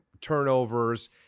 turnovers